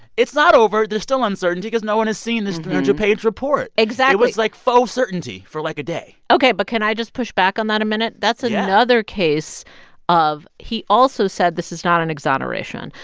it's not over. there's still uncertainty because no one has seen this three page page report exactly it was like faux certainty for, like, a day ok, but can i just push back on that a minute? yeah that's another case of he also said, this is not an exoneration.